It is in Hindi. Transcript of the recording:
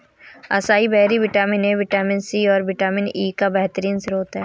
acai berry vitamin A, vitamin C, और विटामिन ई का बेहतरीन स्त्रोत है